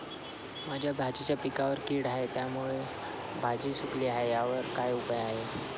माझ्या भाजीच्या पिकावर कीड आहे त्यामुळे भाजी सुकली आहे यावर काय उपाय?